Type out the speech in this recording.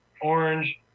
orange